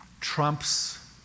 trumps